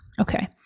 Okay